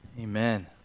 Amen